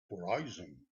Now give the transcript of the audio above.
horizon